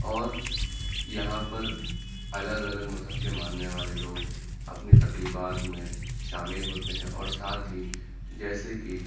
اور یہاں پر الگ الگ مذہب کے ماننے والے لوگ اپنی تقریبات میں شامل ہوتے ہیں اور ساتھ ہی جیسے کہ